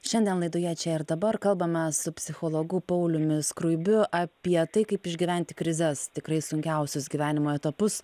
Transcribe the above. šiandien laidoje čia ir dabar kalbame su psichologu pauliumi skruibiu apie tai kaip išgyventi krizes tikrai sunkiausius gyvenimo etapus